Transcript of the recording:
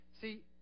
See